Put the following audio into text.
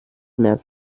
mehr